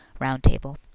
Roundtable